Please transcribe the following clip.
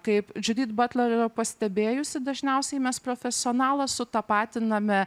kaip džudit butler yra pastebėjusi dažniausiai mes profesionalą sutapatiname